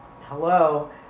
hello